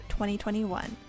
2021